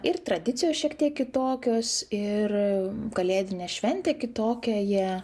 ir tradicijos šiek tiek kitokios ir kalėdinė šventė kitokia jie